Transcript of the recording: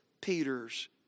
Peter's